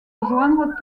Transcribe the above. rejoindre